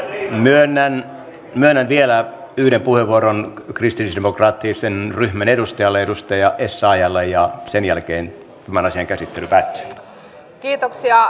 myönnän vielä yhden puheenvuoron kristillisdemokraattisen ryhmän edustajalle edustaja essayahlle ja sen jälkeen tämän asian käsittely päättyy